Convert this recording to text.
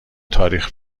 تاریخ